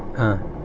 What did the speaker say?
ah